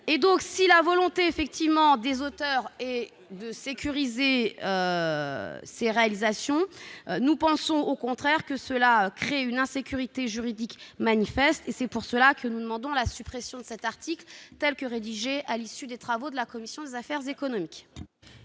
témoigne de la volonté de sécuriser ces réalisations, nous pensons au contraire que cela crée une insécurité juridique manifeste. C'est pourquoi nous demandons la suppression de cet article 12 A, tel que rédigé à l'issue des travaux de la commission des affaires économiques.